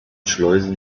schleusen